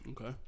Okay